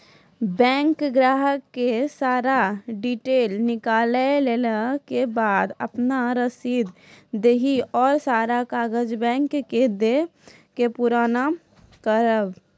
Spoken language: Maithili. बैंक ग्राहक के सारा डीटेल निकालैला के बाद आपन रसीद देहि और सारा कागज बैंक के दे के पुराना करावे?